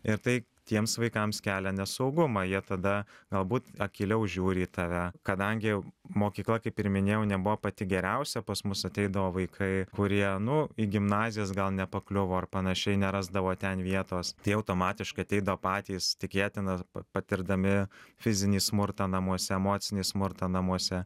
ir tai tiems vaikams kelia nesaugumą jie tada galbūt akyliau žiūri į tave kadangi mokykla kaip ir minėjau nebuvo pati geriausia pas mus ateidavo vaikai kurie nu į gimnazijas gal nepakliuvo ar panašiai nerasdavo ten vietos tie automatiškai ateidavo patys tikėtina patirdami fizinį smurtą namuose emocinį smurtą namuose